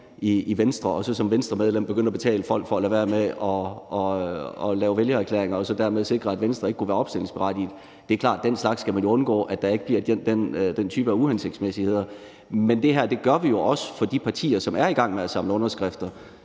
i Venstre og så som Venstremedlem begynde at betale folk for at lade være med at lave vælgererklæringer og dermed sikre, at Venstre ikke kunne være opstillingsberettiget. Det er klart, at man jo skal undgå den slags og sørge for, at der ikke bliver den type af uhensigtsmæssigheder. Men det her gør vi jo også for de partier, som er i gang med at samle underskrifter,